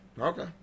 Okay